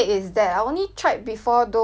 like normal mooncake ah